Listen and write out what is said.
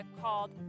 called